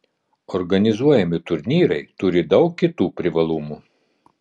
organizuojami turnyrai turi daug kitų privalumų